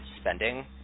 spending